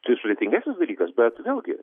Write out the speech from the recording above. tai sudėtingesnis dalykas bet vėlgi